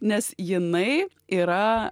nes jinai yra